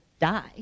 die